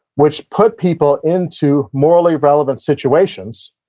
which put people into morally relevant situations,